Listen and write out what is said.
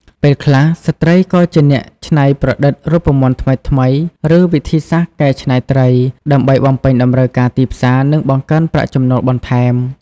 ពេលខ្លះ ស្ត្រីក៏ជាអ្នកច្នៃប្រឌិតរូបមន្តថ្មីៗ ឬវិធីសាស្ត្រកែច្នៃត្រី ដើម្បីបំពេញតម្រូវការទីផ្សារ និងបង្កើនប្រាក់ចំណូលបន្ថែម។